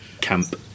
camp